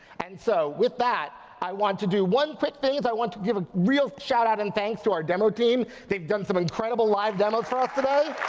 and so with that, i want to do one quick thing is i want to give a real shout-out and thanks to our demo team, they've done some incredible live demos for us today.